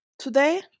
Today